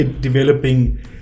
developing